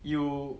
you